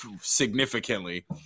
significantly